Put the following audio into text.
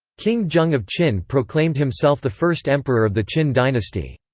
king zheng of qin proclaimed himself the first emperor of the qin dynasty.